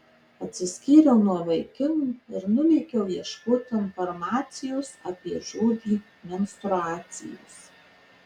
atsiskyriau nuo vaikinų ir nulėkiau ieškoti informacijos apie žodį menstruacijos